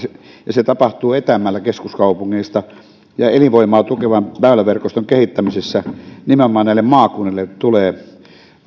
se tapahtuu etäämmällä keskuskaupungeista elinvoimaa tukevan väyläverkoston kehittämisessä nimenomaan näille maakunnille tulee